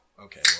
okay